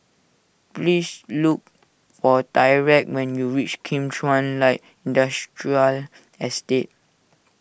please look for Tyrek when you reach Kim Chuan Light Industrial Estate